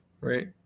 Right